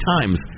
Times